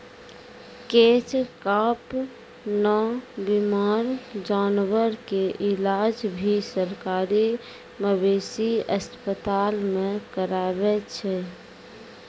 catch कार्प नॅ बीमार जानवर के इलाज भी सरकारी मवेशी अस्पताल मॅ करावै छै